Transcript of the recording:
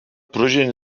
projenin